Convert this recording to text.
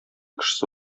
кешесе